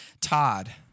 Todd